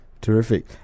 Terrific